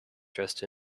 dressed